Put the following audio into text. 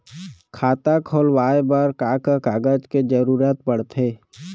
खाता खोलवाये बर का का कागज के जरूरत पड़थे?